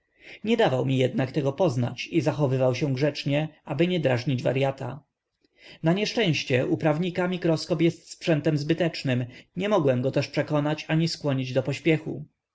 nie dawał mi jednak tego poznać i zachowywał się grzecznie aby nie drażnić waryata na nieszczęście u prawnika mikroskop jest sprzętem zbytecznym nie mogłem go też przekonać ani skłonić do pośpiechu